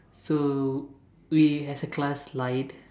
so we as a class lied